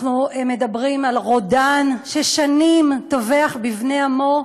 אנחנו מדברים על רודן ששנים טובח בבני עמו.